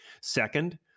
Second